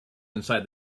inside